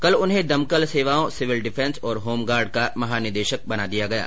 कल उन्हें दमकल सेवाओं सिविल डिफेंस और होमगार्ड्स का महानिदेशक बना दिया गया है